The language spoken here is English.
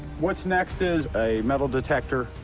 what's next is a metal detector.